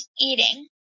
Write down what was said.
eating